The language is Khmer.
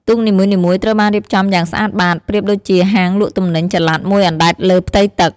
ទូកនីមួយៗត្រូវបានរៀបចំយ៉ាងស្អាតបាត ប្រៀបដូចជាហាងលក់ទំនិញចល័តមួយអណ្ដែតលើផ្ទៃទឹក។